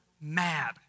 mad